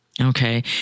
Okay